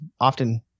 often